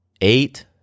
eight